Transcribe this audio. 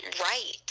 right